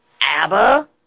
ABBA